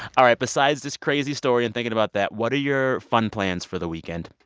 all right. besides this crazy story and thinking about that, what are your fun plans for the weekend?